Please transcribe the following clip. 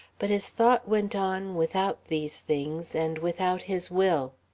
but his thought went on without these things and without his will.